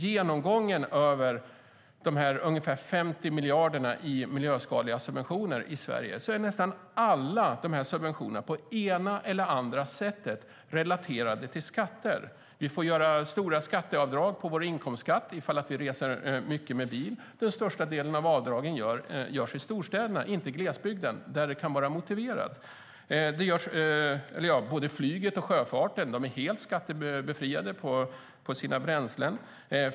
Genomgången av de 50 miljarderna i miljöskadliga subventioner i Sverige visar att nästan alla subventioner på ena eller andra sättet är relaterade till skatter. Vi får göra stora skatteavdrag på vår inkomstskatt om vi reser mycket med bil. Den största delen av avdragen görs i storstäderna, inte i glesbygden där det kan vara motiverat. Både flyget och sjöfarten är helt skattebefriade för sina bränslen.